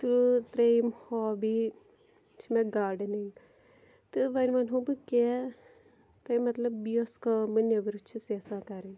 تہٕ ترٛیٚیِم ہابی چھِ مےٚ گاڈنِنٛگ تہٕ وۄنۍ وَنہو بہٕ کیٚنٛہہ تۄہہِ مَطلب یۄس کٲم بہٕ نٮ۪برٕ چھس یَژھان کَرٕنۍ